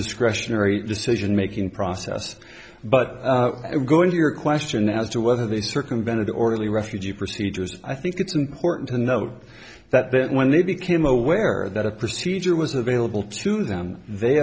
discretionary decision making process but going to your question as to whether they circumvent an orderly refugee procedures i think it's important to note that that when they became aware that a procedure was available to them they